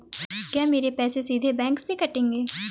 क्या मेरे पैसे सीधे बैंक से कटेंगे?